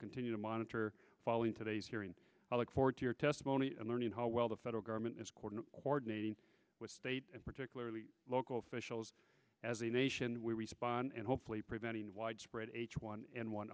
continue to monitor following today's hearing i look forward to your testimony and learning how well the federal government is coordinating with state and particularly local officials as a nation we respond and hopefully preventing widespread h one n one